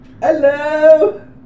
Hello